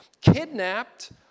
kidnapped